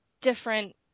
different